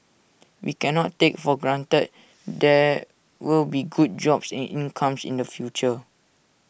we cannot take for granted there will be good jobs and incomes in the future